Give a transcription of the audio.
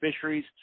fisheries